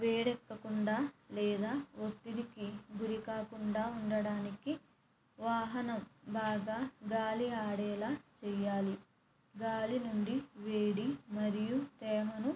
వేడి ఎక్కకుండా లేదా ఒత్తిడికి గురి కాకుండా ఉండడానికి వాహనం బాగా గాలి ఆడేలా చేయాలి గాలి నుండి వేడిని మరియు తేమను